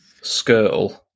Skirtle